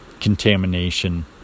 contamination